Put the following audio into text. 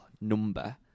number